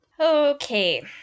Okay